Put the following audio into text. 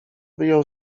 wyjął